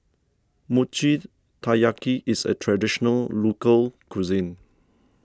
Mochi Taiyaki is a Traditional Local Cuisine